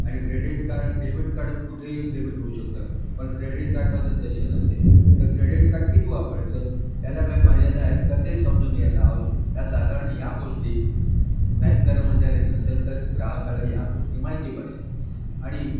आणि credit card आणि debit card कुठेही डेबिट होऊ शकतं पण क्रेडिट कार्डमध्ये तसे नसते तर क्रेडीट कार्ड किती वापरायचं याला काही मर्यादा आहेत का ते समजून घ्यायला आव या साधारण ह्या गोष्टी बँक कर्मचारी नसेल तर ग्राहकाला ह्या गोष्टी माहिती पाहिजेत आणि